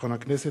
יעקב כץ,